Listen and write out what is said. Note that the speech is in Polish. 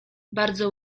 bardzo